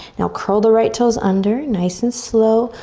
now curl the right toes under, nice and slow.